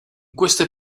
queste